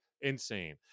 Insane